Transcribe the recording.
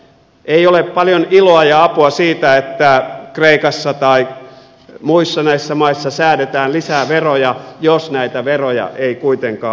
ei ole paljon iloa ja apua siitä että kreikassa tai muissa näissä maissa säädetään lisää veroja jos näitä veroja ei kuitenkaan makseta